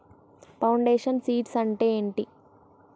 Foundation seeds అంటే ఏంటి?